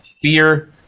fear